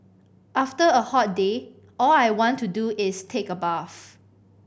after a hot day all I want to do is take a bath